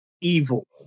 evil